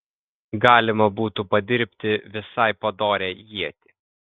galima būtų padirbti visai padorią ietį